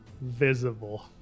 visible